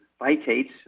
phytates